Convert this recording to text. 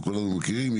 וכולנו מכירים,